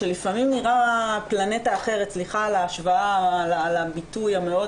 שלפעמים נראה פלנטה אחרת סליחה על הביטוי המאוד